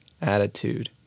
attitude